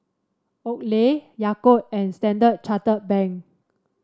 Oakley Yakult and Standard Chartered Bank